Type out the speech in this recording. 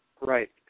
right